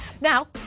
Now